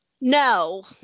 No